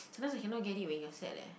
sometimes I cannot get it when you are sad leh